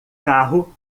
carro